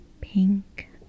pink